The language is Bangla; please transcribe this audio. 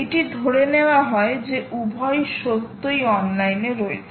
এটি ধরে নেওয়া হয় যে উভয়ই সত্যই অনলাইনে রয়েছে